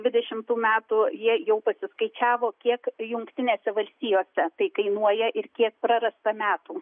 dvidešimtų metų jie jau pasiskaičiavo kiek jungtinėse valstijose tai kainuoja ir kiek prarasta metų